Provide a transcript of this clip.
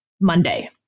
Monday